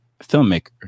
filmmaker